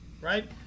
right